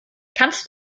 kannst